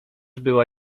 była